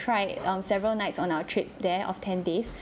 try um several nights on our trip there of ten days